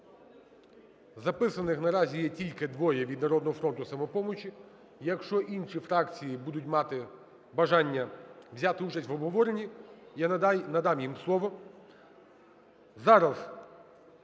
записаних наразі є тільки двоє: від "Народного фронту" і "Самопомочі". Якщо інші фракції будуть мати бажання взяти участь в обговоренні, я надам їм слово. Зараз